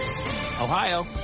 Ohio